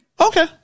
Okay